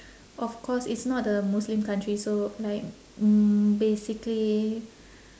of course it's not a muslim country so like mm basically